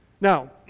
Now